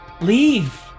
Leave